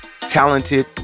talented